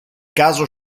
caso